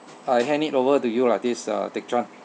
I hand it over to you lah this uh teck chuan